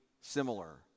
similar